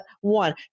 one